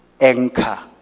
anchor